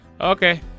Okay